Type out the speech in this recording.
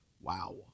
Wow